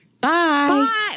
Bye